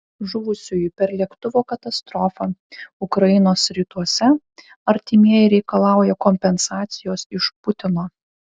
žuvusiųjų per lėktuvo katastrofą ukrainos rytuose artimieji reikalauja kompensacijos iš putino